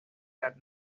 had